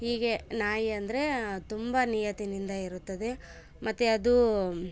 ಹೀಗೆ ನಾಯಿ ಅಂದರೆ ತುಂಬ ನಿಯತ್ತಿನಿಂದ ಇರುತ್ತದೆ ಮತ್ತೆ ಅದು